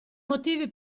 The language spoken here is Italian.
motivi